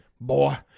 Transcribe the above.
boy